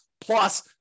plus